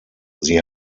sie